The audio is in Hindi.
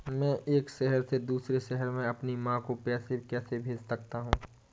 मैं एक शहर से दूसरे शहर में अपनी माँ को पैसे कैसे भेज सकता हूँ?